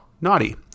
naughty